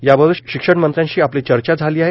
याबाबत शिक्षणमंत्र्यांशी आपली चर्चा झाली आहेत